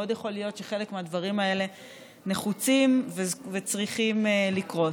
מאוד יכול להיות שחלק מהדברים האלה נחוצים וצריכים לקרות.